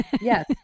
yes